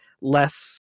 less